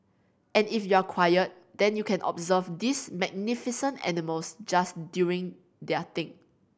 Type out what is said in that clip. and if you're quiet then you can observe these magnificent animals just doing their thing